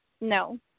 No